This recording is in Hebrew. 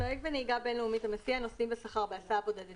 הנוהג בנהיגה בין לאומית המסיע נוסעים בשכר בהסעה בודדת